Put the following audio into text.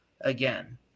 again